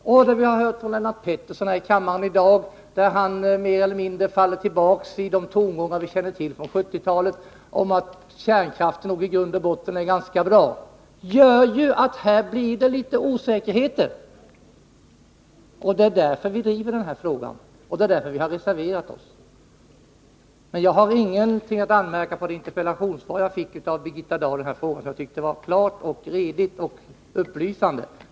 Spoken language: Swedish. Och det vi har hört från Lennart Pettersson här i kammaren i dag — där han mer eller mindre faller tillbaka i de tongångar vi känner till från 1970-talet om att kärnkraften i grund och botten är ganska bra — skapar litet osäkerhet. Det är därför vi driver den här frågan, och det är därför vi reserverat oss. Men jag har ingenting att anmärka på det interpellationssvar om de här frågorna som jag fick av Birgitta Dahl. Jag tycker det var klart, redigt och upplysande.